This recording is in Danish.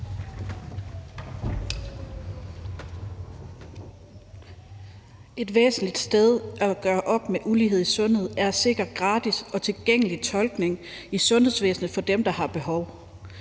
Et væsentligt sted at gøre op med ulighed i sundhed er at sikre gratis og tilgængelig tolkning i sundhedsvæsenet for dem, der har behov.